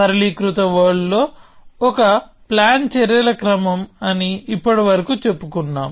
సరళీకృత వరల్డ్ లో ఒక ప్లాన్ చర్యల క్రమం అని ఇప్పటివరకు చెప్పుకున్నాం